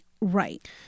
Right